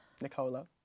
Nicola